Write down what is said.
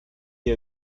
the